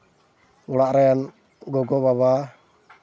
ᱚᱲᱟᱜ ᱨᱮᱱ ᱜᱚᱜᱚᱼᱵᱟᱵᱟ